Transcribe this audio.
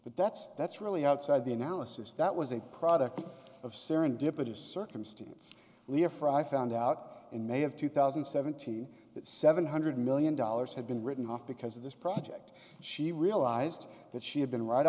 but that's that's really outside the analysis that was a product of serendipitous circumstance lia for i found out in may of two thousand and seventeen that seven hundred million dollars had been written off because of this project she realized that she had been ri